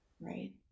Right